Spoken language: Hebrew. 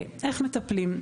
איך מטפלים.